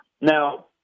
Now